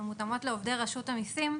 הן מותאמות לעובדי רשות המיסים,